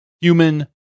human